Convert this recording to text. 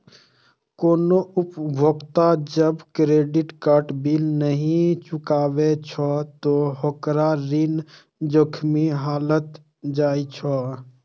कोनो उपभोक्ता जब क्रेडिट कार्ड बिल नहि चुकाबै छै, ते ओकरा ऋण जोखिम कहल जाइ छै